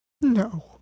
No